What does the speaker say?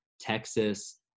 texas